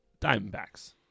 Diamondbacks